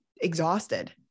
exhausted